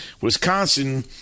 Wisconsin